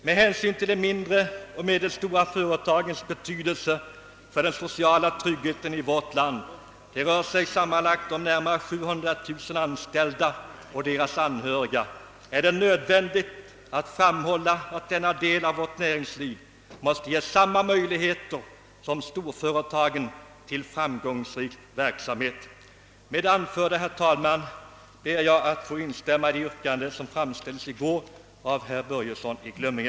Med hänsyn till de mindre och medelstora företagens betydelse för den sociala tryggheten i vårt land — det rör sig sammanlagt om närmare 700 000 anställda och deras anhöriga — är det nödvändigt att framhålla att denna del av vårt näringsliv måste ges samma möjligheter som storföretagen till framgångsrik verksamhet. Med det anförda, herr talman, ber jag att få instämma i det yrkande som i går framställdes av herr Börjesson i Glömminge.